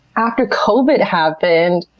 after covid happened,